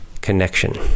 connection